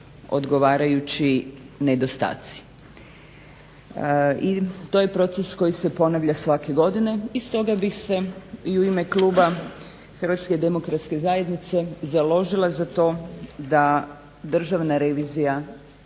odgovarajući nedostaci. I to je proces koji se ponavlja svake godine i stoga bih se i u ime kluba HDZ-a založila za to da Državna revizija